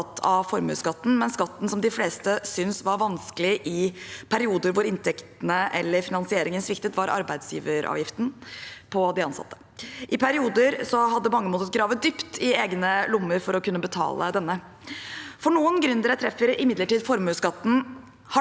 av formuesskatten, men skatten som de fleste syntes var vanskelig i perioder hvor inntektene eller finansieringen sviktet, var arbeidsgiveravgiften på de ansatte. I perioder hadde mange måttet grave dypt i egne lommer for å kunne betale denne. For noen gründere treffer imidlertid formuesskatten hardt.